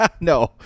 No